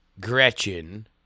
Gretchen